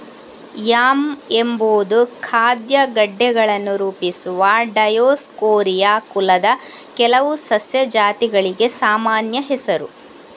yam ಎಂಬುದು ಖಾದ್ಯ ಗೆಡ್ಡೆಗಳನ್ನು ರೂಪಿಸುವ ಡಯೋಸ್ಕೋರಿಯಾ ಕುಲದ ಕೆಲವು ಸಸ್ಯ ಜಾತಿಗಳಿಗೆ ಸಾಮಾನ್ಯ ಹೆಸರು